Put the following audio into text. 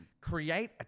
create